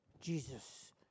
Jesus